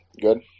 Good